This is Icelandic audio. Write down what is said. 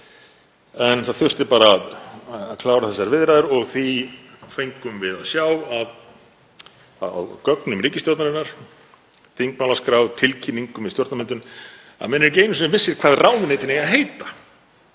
En það þurfti bara að klára þessar viðræður og því fengum við að sjá að á gögnum ríkisstjórnarinnar, þingmálaskrá, tilkynningum um stjórnarmyndun, að menn eru ekki einu sinni vissir hvað ráðuneytin eiga að heita.